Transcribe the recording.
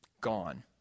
Gone